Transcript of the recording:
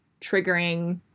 triggering